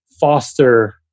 foster